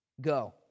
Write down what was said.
go